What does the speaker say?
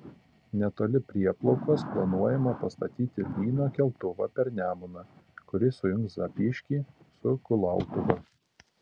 netoli prieplaukos planuojama pastatyti lyno keltuvą per nemuną kuris sujungs zapyškį su kulautuva